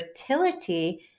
fertility